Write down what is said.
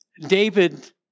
David